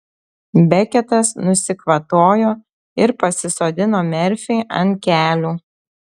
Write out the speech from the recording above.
beketas nusikvatojo ir pasisodino merfį ant kelių